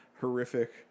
horrific